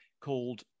called